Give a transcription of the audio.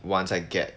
once I get